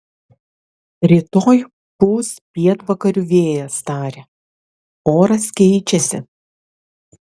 rytoj pūs pietvakarių vėjas tarė oras keičiasi